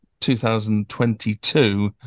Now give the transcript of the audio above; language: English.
2022